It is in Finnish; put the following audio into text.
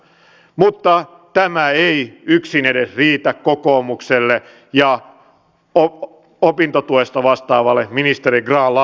mutta tämä ei yksin edes riitä kokoomukselle ja opintotuesta vastaavalle ministeri grahn laasoselle